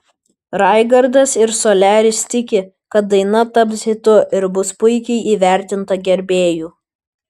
raigardas ir soliaris tiki kad daina taps hitu ir bus puikiai įvertinta gerbėjų